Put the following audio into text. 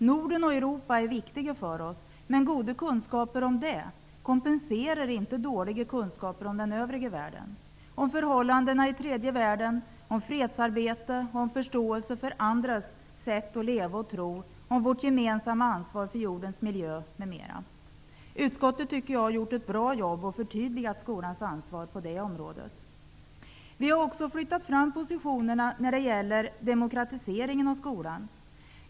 Norden och Europa är viktiga för oss, men goda kunskaper om detta kompenserar inte dåliga kunskaper om den övriga världen, om förhållandena i tredje världen, om fredsarbete, om förståelse för andras sätt att leva och tro, om vårt gemensamma ansvar för jordens miljö m.m. Utskottet har gjort ett bra jobb och förtydligat skolans ansvar på detta område. Vi har också flyttat fram positionerna när det gäller demokratiseringen av skolan.